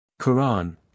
Quran